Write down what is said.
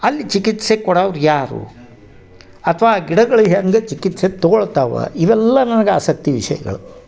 ಅಲ್ಲಿ ಚಿಕಿತ್ಸೆ ಕೊಡವ್ರು ಯಾರು ಅಥ್ವ ಆ ಗಿಡಗಳು ಹೆಂಗೆ ಚಿಕಿತ್ಸೆ ತಗೊಳ್ತವ ಇವೆಲ್ಲ ನನಗೆ ಆಸಕ್ತಿ ವಿಷಯಗಳು